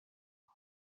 dad